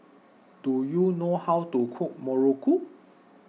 do you know how to cook Muruku